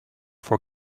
for